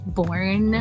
born